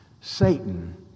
Satan